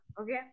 okay